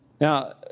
Now